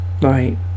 right